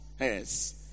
Yes